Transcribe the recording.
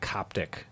Coptic